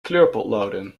kleurpotloden